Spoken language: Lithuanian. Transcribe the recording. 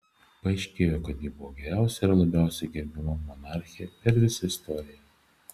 paaiškėjo kad ji buvo geriausia ir labiausiai gerbiama monarchė per visą istoriją